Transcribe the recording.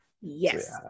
Yes